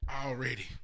already